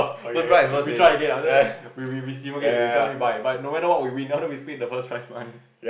okay okay we try again then after that we we we see you tell me by by no matter what we win then we split the first prize money